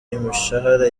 imishahara